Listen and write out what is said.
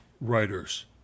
writers